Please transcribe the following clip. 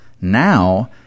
Now